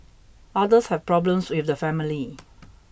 others have problems with the family